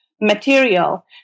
material